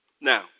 Now